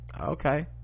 okay